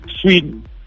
Sweden